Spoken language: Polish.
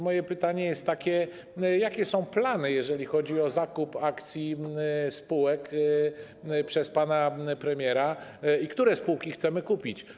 Moje pytanie jest takie: Jakie są plany, jeżeli chodzi o zakup akcji spółek przez pana premiera i które spółki chcemy kupić?